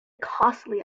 costly